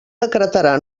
decretarà